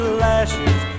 lashes